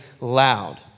loud